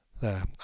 There